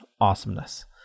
awesomeness